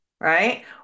right